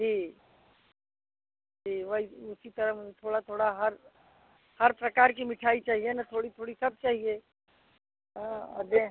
जी जी वही उसी तरह मुझे थोड़ा थोड़ा हर हर प्रकार की मिठाई चाहिए ना थोड़ी थोड़ी सब चाहिए हाँ और ए